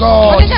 God